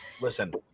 Listen